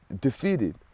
defeated